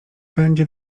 będzie